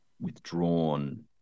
withdrawn